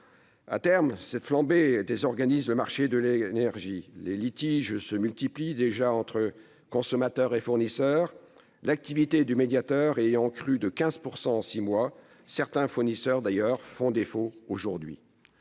À terme, cette flambée désorganise le marché de l'énergie. Les litiges se multiplient déjà entre consommateurs et fournisseurs, et l'activité du médiateur a crû de 15 % en six mois. Certains fournisseurs font d'ailleurs défaut.